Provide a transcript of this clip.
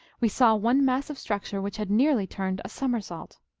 we saw one massive structure which had nearly turned a somersault.